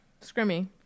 Scrimmy